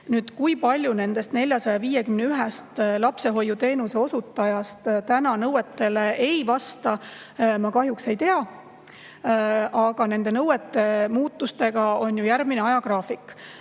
34. Kui palju nendest 451‑st lapsehoiuteenuse osutajast täna nõuetele ei vasta, ma kahjuks ei tea. Aga nende nõuete muutustega on järgmine ajagraafik.